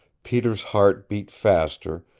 peter's heart beat faster,